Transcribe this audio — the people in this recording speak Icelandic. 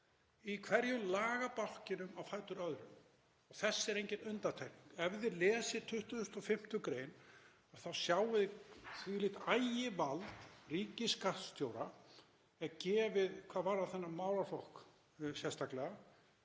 í hverjum lagabálkinum á fætur öðrum og þessi er engin undantekning. Ef þið lesið 25. gr. þá sjáið þið þvílíkt ægivald ríkisskattstjóra er gefið hvað varðar þennan málaflokk sérstaklega,